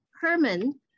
Herman